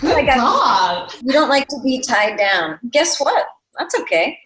like good ah god. you don't like to be tied down. guess what? that's okay.